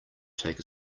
take